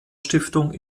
stiftung